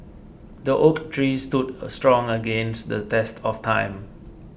the oak tree stood strong against the test of time